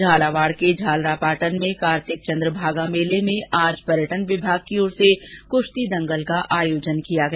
झालावाड़ के झालरापाटन में कार्तिक चंद्रभागा मेले में आज पर्यटन विभाग की ओर से आज कुश्ती दंगल का आयोजन किया गया